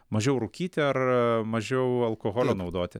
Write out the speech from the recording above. mažiau rūkyti ar mažiau alkoholio naudoti